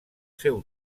seu